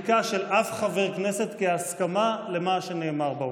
תנצל את ההפסקה אחר כך להסביר לי.